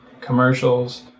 commercials